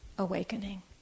awakening